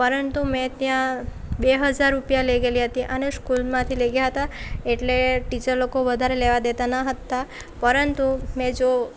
પરંતુ મેં ત્યાં બે હજાર રૂપિયા લઈ ગયેલી હતી અને સ્કૂલમાંથી લઈ ગયા હતા એટલે ટીચર લોકો વધારે લેવા દેતા ન હતા પરંતુ મેં જો